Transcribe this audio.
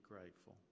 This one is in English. grateful